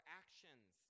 actions